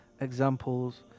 examples